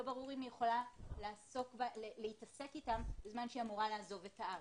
לא ברור אם היא יכולה להתעסק איתם בזמן שהיא אמורה לעזוב את הארץ.